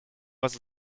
was